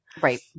Right